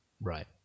Right